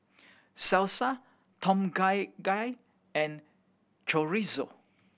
Salsa Tom Kha Gai and Chorizo